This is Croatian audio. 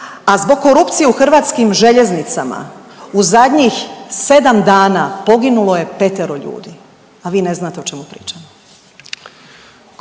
a zbog korupcije u HŽ-u u zadnjih sedam dana poginulo je petero ljudi, a vi ne znate o čemu pričamo.